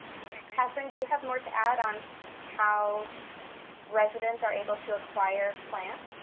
catherine, do you have more to add on how residents are able to acquire plants?